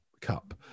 Cup